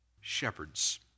shepherds